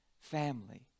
family